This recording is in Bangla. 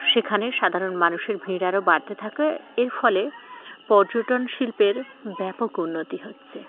সেখানে সাধারণ মানুষের ভিড় আরও বাড়তে থাকে এর ফলে পর্যটন শিল্পের ব্যাপক উন্নতি হচ্ছে